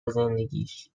زندگیش